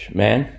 man